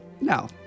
No